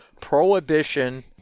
Prohibition